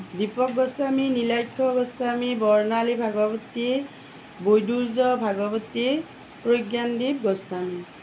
Dipak Goswami Nilakshya Goswami Barnali Bhagawati Baidurjya Bhagawati Prajnandip Goswami